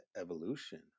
evolution